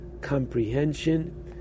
comprehension